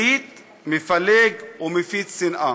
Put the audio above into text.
מסית, מפלג ומפיץ שנאה.